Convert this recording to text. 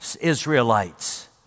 Israelites